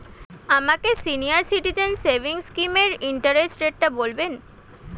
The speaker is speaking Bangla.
আমাকে সিনিয়র সিটিজেন সেভিংস স্কিমের ইন্টারেস্ট রেটটা বলবেন